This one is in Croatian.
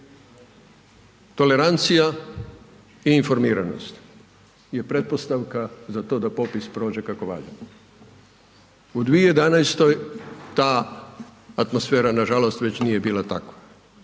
Tolerancija i informiranost je pretpostavka da popis prođe kako valja. U 2011. ta atmosfera nažalost već nije bila takva